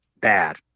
bad